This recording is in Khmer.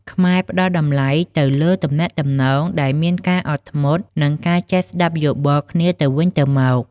ខ្មែរផ្ដល់តម្លៃទៅលើទំនាក់ទំនងដែលមានការអត់ធ្មត់ និងការចេះស្ដាប់យោបល់គ្នាទៅវិញទៅមក។